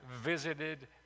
visited